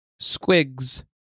Squigs